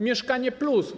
Mieszkanie+”